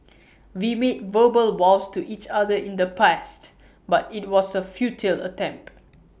we made verbal vows to each other in the past but IT was A futile attempt